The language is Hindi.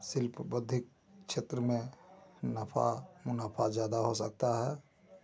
शिल्पबद्ध क्षेत्र में नफा मुनाफा ज़्यादा हो सकता है